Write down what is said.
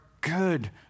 good